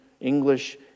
English